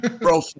Bro